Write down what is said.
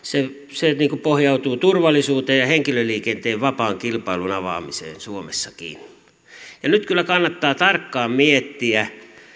pohjautuu turvallisuuteen ja henkilöliikenteen vapaan kilpailun avaamiseen suomessakin nyt kyllä kannattaa tarkkaan miettiä